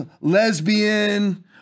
lesbian